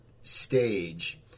stage